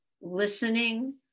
listening